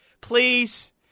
Please